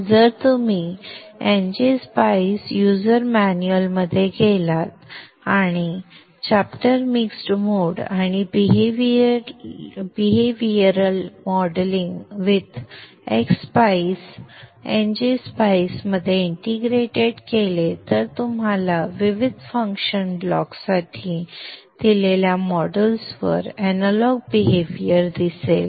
जर तुम्ही ng spice user manual मध्ये गेलात आणि chapter mixed mode आणि behavioral modeling with x spice x spice ngSpice मध्ये इंटिग्रेटेड केले तर तुम्हाला विविध फंक्शन ब्लॉक्ससाठी दिलेल्या मॉडेल्सवर अॅनालॉग बिहेवियर दिसेल